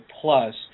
plus